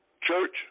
church